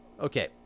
okay